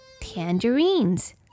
tangerines